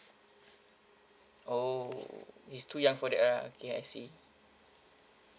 oh he's too young for that lah okay I see